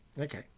Okay